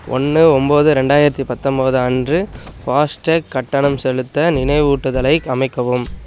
ஒன்று ஒம்பது ரெண்டாயிரத்தி பத்தம்பது அன்று ஃபாஸ்டேக் கட்டணம் செலுத்த நினைவூட்டுதலை அமைக்கவும்